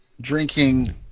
drinking